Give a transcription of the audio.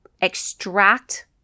extract